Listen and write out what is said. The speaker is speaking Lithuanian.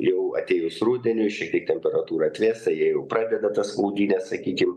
jau atėjus rudeniui šiek tiek temperatūra atvėsta jie jau pradeda tas maudynes sakykim